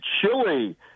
chilly